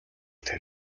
тэр